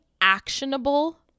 actionable